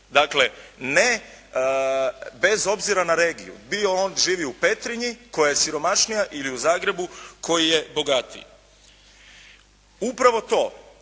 Dakle ne bez obzira na regiju, bio on živi u Petrinji koja je siromašnija ili u Zagrebu koji je bogatiji. Upravo to